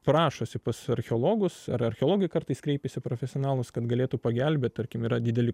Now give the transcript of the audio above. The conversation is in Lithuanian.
prašosi pas archeologus ar archeologai kartais kreipiasi profesionalūs kad galėtų pagelbėt tarkim yra dideli